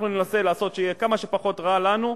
אנחנו ננסה לעשות שיהיה כמה שפחות רע לנו,